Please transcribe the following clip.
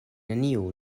neniu